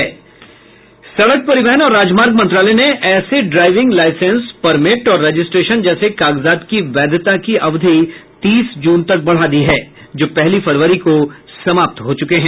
सड़क परिवहन और राजमार्ग मंत्रालय ने ऐसे ड्राइविंग लाइसेंस परमिट और रजिस्ट्रेशन जैसे कागजात की वैधता की अवधि तीस जून तक बढ़ा दी है जो पहली फरवरी को समाप्त हो चुके हैं